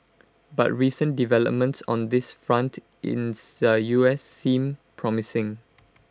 but recent developments on this front in the U S seem promising